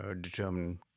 determine